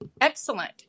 Excellent